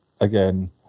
again